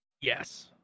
Yes